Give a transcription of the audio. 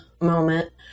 moment